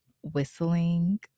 whistling